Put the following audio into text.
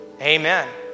Amen